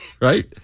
right